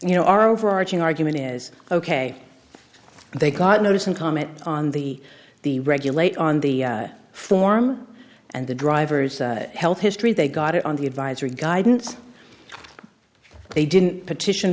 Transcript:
you know our overarching argument is ok they got notice and comment on the the regulate on the form and the driver's health history they got it on the advisory guidance they didn't petition